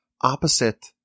opposite